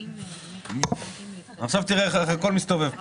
העצמאי ולמעיין החינוך התורני שהוגדרו לתקציב